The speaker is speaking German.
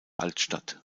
altstadt